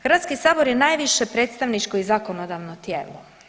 Hrvatski sabor je najviše predstavničko i zakonodavno tijelo.